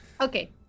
Okay